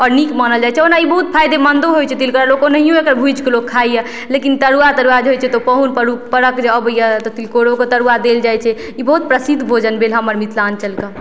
आओर नीक मानल जाइ छै ओना ई बहुत फायदेमन्दो होइ छै तिलकोरा लोक ओनाहियो एकरा भुजिके लोक खाइए लेकिन तरुआ तरुआ जे होइ छै तऽ ओ पाहुन परख परख जे अबइए तऽ तिलकोरोके तरुआ देल जाइ छै ई बहुत प्रसिद्ध भोजन भेल हमर मिथिलाञ्चलके